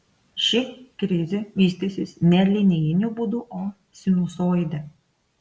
ši krizė vystysis ne linijiniu būdu o sinusoide